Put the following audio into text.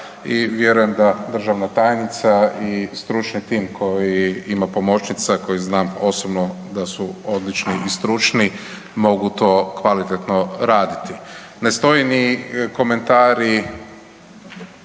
vjerujem da državna tajnica i stručni tim koji ima pomoćnica, koji znam osobno da su odlični i stručni, mogu to kvalitetno raditi. Ne stoji ni komentari